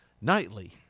nightly